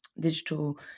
digital